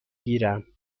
گیرم